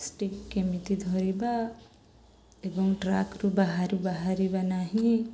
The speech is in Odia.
ଷ୍ଟିକ୍ କେମିତି ଧରିବା ଏବଂ ଟ୍ରାକ୍ରୁ ବାହାରେ ବାହାରିବା ନାହିଁ